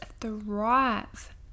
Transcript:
thrive